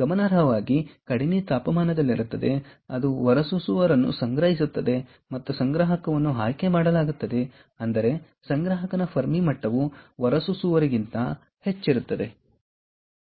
ಗಮನಾರ್ಹವಾಗಿ ಕಡಿಮೆ ತಾಪಮಾನದಲ್ಲಿರುತ್ತದೆ ಅಲ್ಲಿ ಅದು ಹೊರಸೂಸುವವರನ್ನು ಸಂಗ್ರಹಿಸುತ್ತದೆ ಮತ್ತು ಸಂಗ್ರಾಹಕವನ್ನು ಆಯ್ಕೆಮಾಡಲಾಗುತ್ತದೆ ಅಂದರೆ ಸಂಗ್ರಾಹಕನ ಫೆರ್ಮಿ ಮಟ್ಟವು ಹೊರಸೂಸುವವರಿಗಿಂತ ಹೆಚ್ಚಿರುತ್ತದೆ